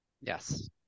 Yes